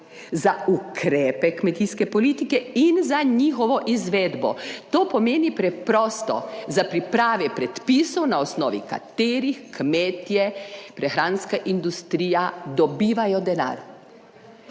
za ukrepe kmetijske politike in za njihovo izvedbo. To pomeni preprosto za priprave predpisov na osnovi katerih kmetje, prehranska industrija dobivajo denar.